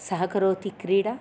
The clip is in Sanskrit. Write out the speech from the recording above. सहकरोति क्रीडा